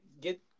get